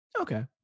Okay